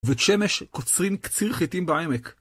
בית שמש קוצרים קציר חיטים בעמק.